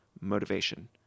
motivation